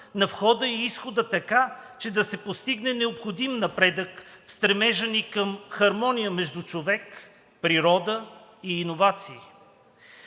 на входа и изхода, така че да се постигне необходим напредък в стремежа ни към хармония между човек, природа и иновации.